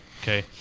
okay